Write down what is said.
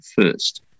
first